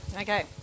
Okay